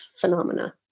phenomena